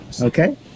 Okay